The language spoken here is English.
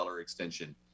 extension